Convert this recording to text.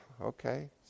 okay